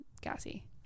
gassy